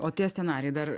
o tie scenarijai dar